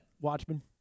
Watchmen